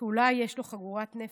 כי אולי יש לו חגורת נפץ.